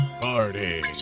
Party